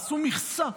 עשו מכסה,